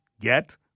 get